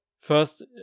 first